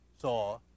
saw